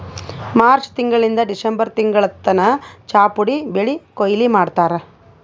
March ತಿಂಗಳಿಂದ್ December ತಿಂಗಳ್ ತನ ಚಾಪುಡಿ ಬೆಳಿ ಕೊಯ್ಲಿ ಮಾಡ್ತಾರ್